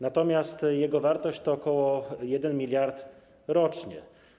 Natomiast jego wartość to około 1 mld zł rocznie.